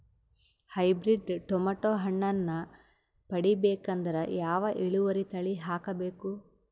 Hybrid tomato ಹಣ್ಣನ್ನ ಪಡಿಬೇಕಂದರ ಯಾವ ಇಳುವರಿ ತಳಿ ಹಾಕಬೇಕು?